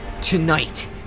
Tonight